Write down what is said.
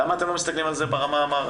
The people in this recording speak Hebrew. למה אתם לא מסתכלים על זה ברמה המערכתית?